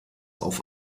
auf